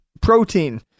protein